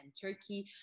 Turkey